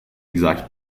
exact